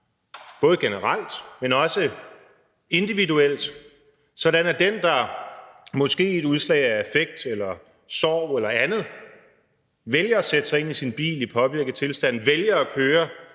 både generelt, men også individuelt, sådan at den, der måske i et udslag af affekt eller sorg eller andet vælger at sætte sig ind i sin bil i påvirket tilstand, vælger at køre